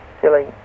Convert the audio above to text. silly